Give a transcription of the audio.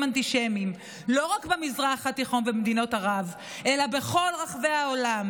אנטישמיים לא רק במזרח התיכון ובמדינות ערב אלא בכל רחבי העולם.